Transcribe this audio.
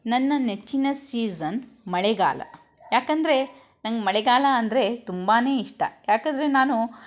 ನನ್ನ ನೆಚ್ಚಿನ ಸೀಸನ್ ಮಳೆಗಾಲ ಯಾಕೆಂದರೆ ನನಗೆ ಮಳೆಗಾಲ ಅಂದರೆ ತುಂಬನೇ ಇಷ್ಟ ಯಾಕೆಂದರೆ ನಾನು